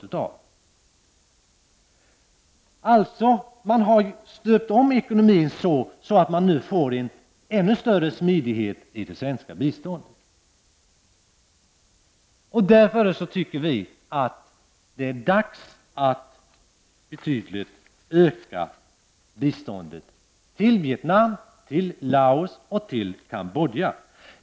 Man har alltså stöpt om ekonomin så, att det blir en ännu större smidighet i fråga om det svenska biståndet. Därför tycker vi att det är dags att betydligt öka biståndet till Vietnam, Laos och Kambodja.